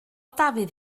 dafydd